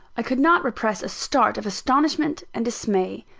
i could not repress a start of astonishment and dismay.